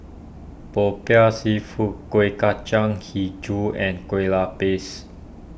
Popiah Seafood Kuih Kacang HiJau and Kueh Lupis